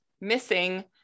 missing